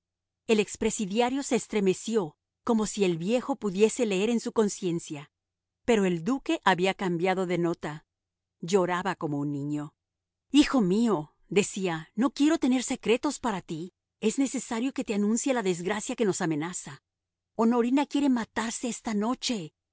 el ex presidiario se estremeció como si el viejo pudiese leer en su conciencia pero el duque había cambiado de nota lloraba como un niño hijo mío decía no quiero tener secretos para ti es necesario que te anuncie la desgracia que nos amenaza honorina quiere matarse esta noche